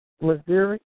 Missouri